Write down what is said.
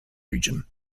region